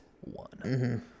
one